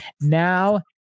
Now